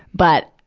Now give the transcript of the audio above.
but,